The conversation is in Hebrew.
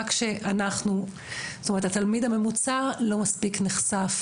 רק שהתלמיד הממוצע לא מספיק נחשף